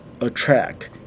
attract